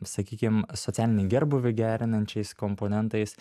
sakykim socialinį gerbūvį gerinančiais komponentais